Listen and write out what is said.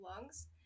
lungs